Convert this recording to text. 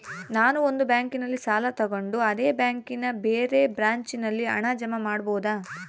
ನಾನು ಒಂದು ಬ್ಯಾಂಕಿನಲ್ಲಿ ಸಾಲ ತಗೊಂಡು ಅದೇ ಬ್ಯಾಂಕಿನ ಬೇರೆ ಬ್ರಾಂಚಿನಲ್ಲಿ ಹಣ ಜಮಾ ಮಾಡಬೋದ?